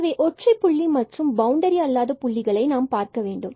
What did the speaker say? எனவே ஒற்றை புள்ளி மற்றும் பவுண்டரி அல்லாத புள்ளிகளை நாம் பார்க்கவேண்டும்